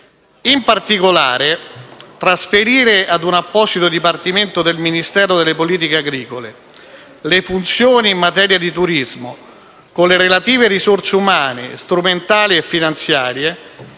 In particolare, trasferire a un apposito Dipartimento del Ministero delle politiche agricole le funzioni in materia di turismo, con le relative risorse umane, strumentali e finanziarie